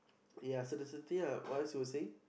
ya so that's the thing ah what else you were saying